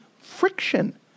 friction